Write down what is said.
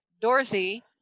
Dorothy